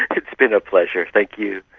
it's been a pleasure, thank you.